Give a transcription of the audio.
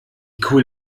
cool